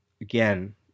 Again